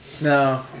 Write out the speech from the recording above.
No